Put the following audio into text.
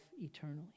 eternally